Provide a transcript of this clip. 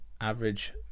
average